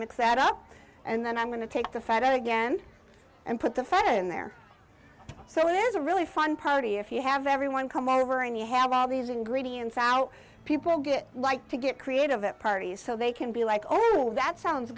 up and then i'm going to take the fight out again and put the fed in there so it is a really fun party if you have everyone come over and you have all these ingredients our people get like to get creative at parties so they can be like oh that sounds